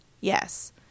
Yes